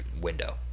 window